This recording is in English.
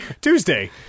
Tuesday